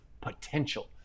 potential